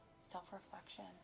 self-reflection